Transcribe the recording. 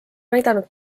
aidanud